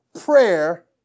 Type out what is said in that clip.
prayer